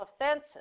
offenses